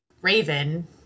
Raven